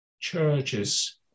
churches